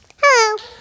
Hello